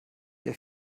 der